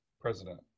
president